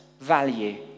value